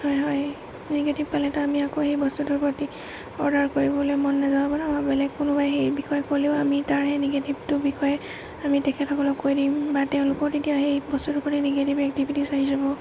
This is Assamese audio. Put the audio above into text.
হয় হয় নিগেটিভ পালেতো আমি আকৌ সেই বস্তুটোৰ প্ৰতি অৰ্ডাৰ কৰিবলৈ মন নাযাব নহ্ বা বেলেগ কোনোবাই সেই বিষয়ে ক'লেও আমি তাৰে নিগেটিভটোৰ বিষয়ে আমি তেখেতসকলক কৈ দিম বা তেওঁলোকৰ তেতিয়া সেই বস্তুৰ প্ৰতি নিগেটিভ এক্টিভিটিছ আহি যাব